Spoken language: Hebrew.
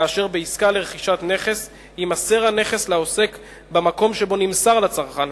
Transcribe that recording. כאשר בעסקה לרכישת נכס יימסר הנכס לעוסק במקום שבו נמסר לצרכן,